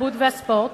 התרבות והספורט.